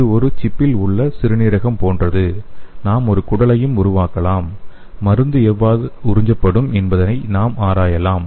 இது ஒரு சிப்பில் உள்ள சிறுநீரகம் போன்றது நாம் ஒரு குடலையும் உருவாக்கலாம் மருந்து எவ்வாறு உரிஞ்சப்படும் என்பதை நாம் ஆராயலாம்